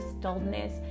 dullness